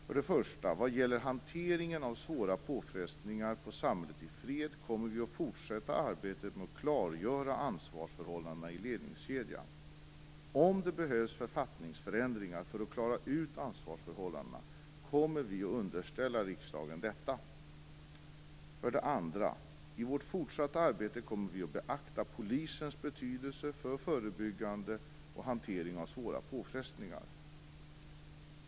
För det första kommer vi vad gäller hanteringen av svåra påfrestningar på samhället i fred att fortsätta arbetet med att klargöra ansvarsförhållandena i ledningskedjan. Om det behövs författningsändringar för att klara ut ansvarsförhållandena kommer vi att underställa riksdagen detta. För det andra kommer vi i vårt fortsatta arbete att beakta polisens betydelse för förebyggande och hantering av svåra påfrestningar.